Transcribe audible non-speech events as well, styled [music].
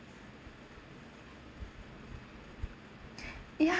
[breath] ya